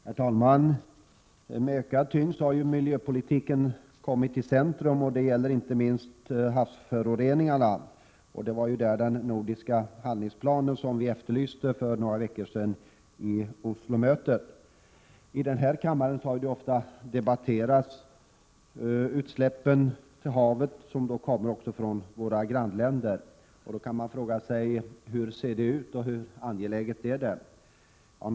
Herr talman! Med ökad tyngd har miljöpolitiken kommit i centrum, och detta gäller inte minst havsföroreningarna. Det var ju bl.a. därför som vi efterlyste den nordiska handlingsplanen för några veckor sedan vid Nordiska rådets möte i Oslo. I denna kammare har vi ofta debatterat utsläpp i havet — utsläpp som också kommer från våra grannländer. I det sammanhanget vill jag fråga: Hur ser det hela ut och hur angeläget är arbetet?